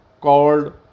called